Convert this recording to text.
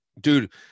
Dude